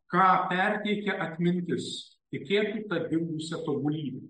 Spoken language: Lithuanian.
ką perteikia atmintis tikėti ta dingusia tobulybe